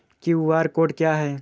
QR code क्या है?